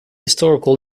historical